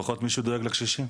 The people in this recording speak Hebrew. לפחות מישהו דואג לקשישים.